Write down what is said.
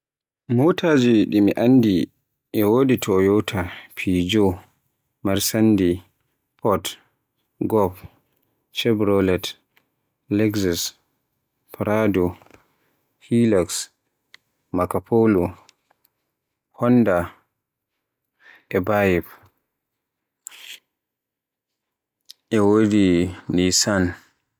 Motaaji ɗi mi anndi e wodi Toyota, Pijo, Marsandi, fod, gof, Chevrolet, legzus, hiluks, makapolo, Honda, bayib, e wodi Nissan.